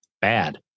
bad